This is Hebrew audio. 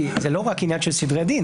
כי זה לא רק עניין של סדרי דין.